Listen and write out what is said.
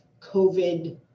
COVID